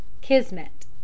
kismet